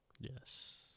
yes